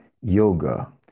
Yoga